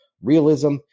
realism